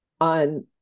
on